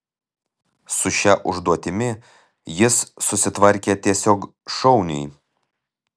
su šia užduotimi jis susitvarkė tiesiog šauniai